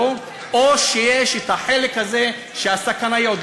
אבל הבקשה היא שזה ייעשה כמה שיותר מהר,